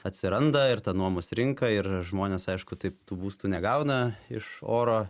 atsiranda ir ta nuomos rinka ir žmonės aišku taip tų būstų negauna iš oro